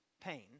pain